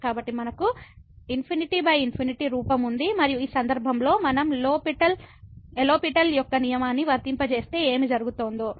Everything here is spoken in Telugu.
కాబట్టి మనకు ∞∞ రూపం ఉంది మరియు ఈ సందర్భంలో మనం లో పిటెల్ L'Hospital యొక్క నియమాన్ని వర్తింపజేస్తే ఏమి జరుగుతుందో